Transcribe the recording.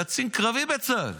קצין קרבי בצה"ל.